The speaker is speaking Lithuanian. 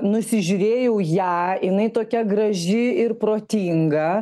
nusižiūrėjau ją jinai tokia graži ir protinga